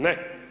Ne.